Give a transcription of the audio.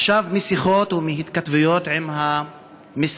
עכשיו, בשיחות ובהתכתבויות עם המשרד,